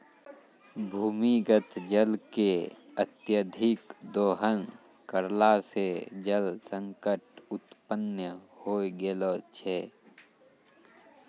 भूमीगत जल के अत्यधिक दोहन करला सें जल संकट उत्पन्न होय गेलो छै